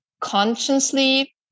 consciously